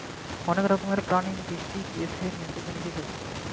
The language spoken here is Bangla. অনেক রকম পানি বৃষ্টি থেকে এসে মাটিতে নিচে যায়